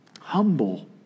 humble